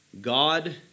God